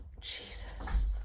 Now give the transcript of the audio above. jesus